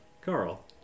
Carl